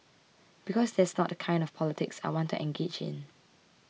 because that's not the kind of the politics I want to engage in